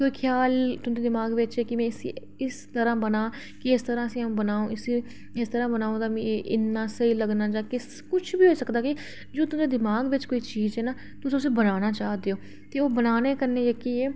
कोई ख्याल तुं'दे दमाग बिच ऐ कि में इसी तरह् बनांऽ कि इस तरह कन्नै बनांऽ इस तरह बनांऽ कि इन्ना स्हेई लग्गना किश बी होई सकदा कि जो कोई दमाग बिच कोई चीज ऐ ना तुस उसी बनाना चाह् दे ओ ते ओह् बनाने कन्नै जेह्की ऐ